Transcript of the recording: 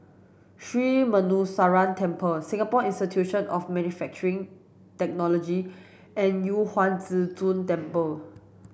Sri Muneeswaran Temple Singapore Institute of Manufacturing Technology and Yu Huang Zhi Zun Temple